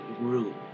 room